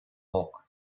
bulk